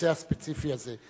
הנושא הספציפי הזה.